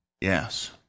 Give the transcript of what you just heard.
yes